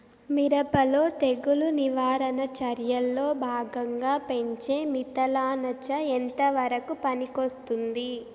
మిరప లో తెగులు నివారణ చర్యల్లో భాగంగా పెంచే మిథలానచ ఎంతవరకు పనికొస్తుంది?